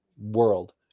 world